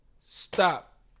stop